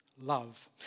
love